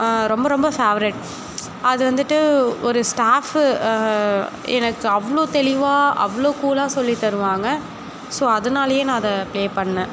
ரொம்ப ரொம்ப ஃபேவரட் அது வந்துட்டு ஒரு ஸ்டாஃப்பு எனக்கு அவ்வளோ தெளிவாக அவ்வளோ கூலாக சொல்லித் தருவாங்க ஸோ அதனாலையே நான் அதை ப்ளே பண்ணிணேன்